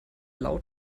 laut